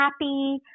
happy